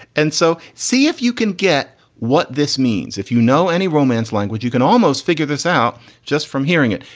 and so see if you can get what this means. if you know any romance language, you can almost figure this out just from hearing it.